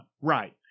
Right